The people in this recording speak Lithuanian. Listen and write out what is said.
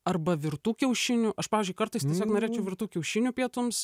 arba virtų kiaušinių aš pavyzdžiui kartais tiesiog norėčiau virtu kiaušiniu pietums